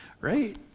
Right